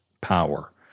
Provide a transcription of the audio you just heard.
power